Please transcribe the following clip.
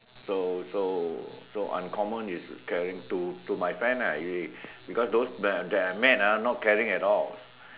so so so uncommon is caring to to my friends ah you see because those those that I've met ah not caring at all